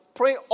pray